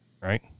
right